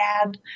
add